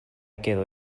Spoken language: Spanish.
quedo